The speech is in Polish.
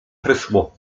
prysło